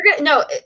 no